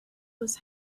was